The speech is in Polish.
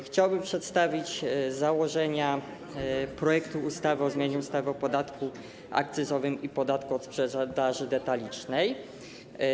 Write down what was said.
Chciałbym przedstawić założenia projektu ustawy o zmianie ustawy o podatku akcyzowym i podatku od sprzedaży detalicznej.